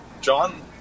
John